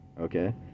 Okay